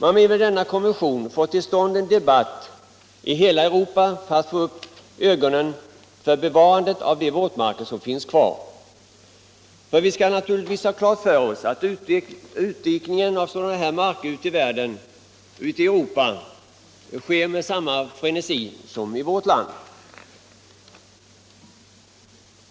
Man vill med konventionen få till stånd en debatt i hela Europa som öppnar ögonen för hur viktigt det är att bevara de våtmarker 95 som finns kvar. Ty vi skall ha klart för oss att utdikningen av sådana här marker sker med samma frenesi ute i Europa som i vårt land.